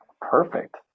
perfect